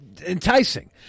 enticing